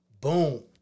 Boom